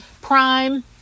Prime